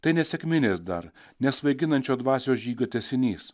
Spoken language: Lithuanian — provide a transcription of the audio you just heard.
tai ne sekminės dar nesvaiginančio dvasios žygio tęsinys